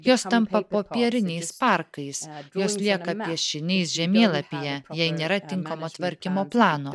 jos tampa popieriniais parkais juos lieka piešiniais žemėlapyje jei nėra tinkamo tvarkymo plano